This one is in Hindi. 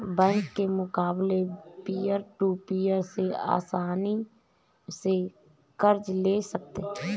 बैंक के मुकाबले पियर टू पियर से आसनी से कर्ज ले सकते है